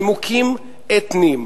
נימוקים אתניים,